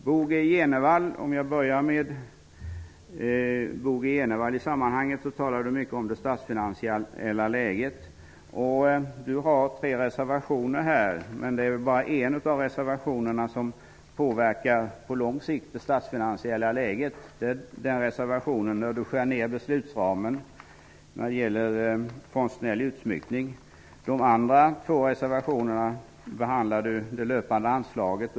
Bo G Jenevall talade mycket om det statsfinansiella läget. Han har tre reservationer, men det är bara en av dem som, på lång sikt, påverkar det statsfinansiella läget. Det är reservationen där han yrkar en nedskärning av beslutsramen för konstnärlig utsmyckning. I de andra två reservationerna behandlas det löpande anslaget.